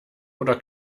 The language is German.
oder